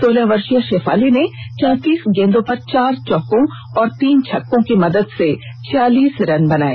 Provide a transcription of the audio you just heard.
सोलह वर्षीय षेफाली ने चौंतीस गेंदों पर चार चौको और तीन छक्कों की मदद से छियालीस रन बनाए